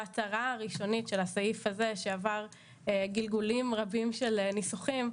המטרה הראשונית של הסעיף הזה שעבר גלגולים רבים של ניסוחים,